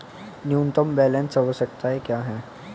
न्यूनतम बैलेंस आवश्यकताएं क्या हैं?